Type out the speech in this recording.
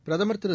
பிரதமர் திரு